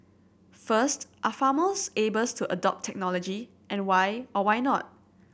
first are farmers able to adopt technology and why or why not